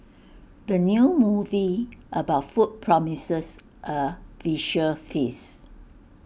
the new movie about food promises A visual feast